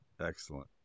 Excellent